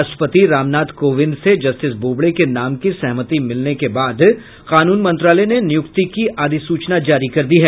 राष्ट्रपति रामनाथ कोविंद से जस्टिस बोबड़े के नाम की सहमति मिलने के बाद कानून मंत्रालय ने नियुक्ति की अधिसूचना जारी कर दी है